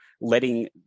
letting